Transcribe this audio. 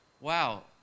Wow